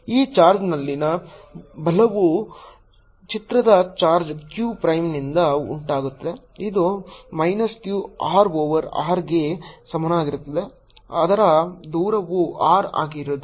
ಈ ಚಾರ್ಜ್ನಲ್ಲಿನ ಬಲವು ಚಿತ್ರದ ಚಾರ್ಜ್ q ಪ್ರೈಮ್ನಿಂದ ಉಂಟಾಗುತ್ತದೆ ಇದು minus q R over r ಗೆ ಸಮನಾಗಿರುತ್ತದೆ ಅದರ ದೂರವು r ಆಗಿದ್ದರೆ